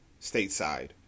Stateside